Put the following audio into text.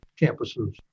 campuses